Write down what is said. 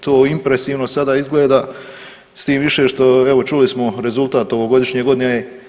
To impresivno sada izgleda s tim više što evo čuli smo rezultat ovogodišnje godine